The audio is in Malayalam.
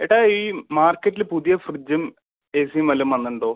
ഏട്ടാ ഈ മാർക്കറ്റിൽ പുതിയ ഫ്രിഡ്ജും എസിയും വല്ലതും വന്നിട്ടുണ്ടോ